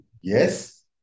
Yes